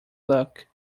luck